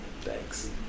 Thanks